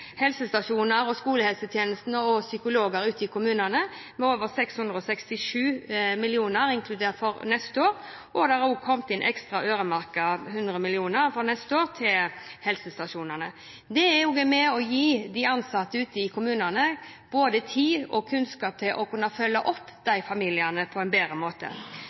helsestasjoner, skolehelsetjenesten og psykologer ute i kommunene med over 667 mill. kr for neste år. Det er også kommet inn ekstra øremerkede 100 mill. kr for neste år til helsestasjonene. Det også er med på å gi de ansatte ute i kommunene både tid og kunnskap til å kunne følge opp de familiene på en bedre måte.